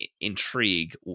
intrigue